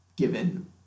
given